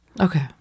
Okay